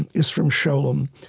and is from scholem.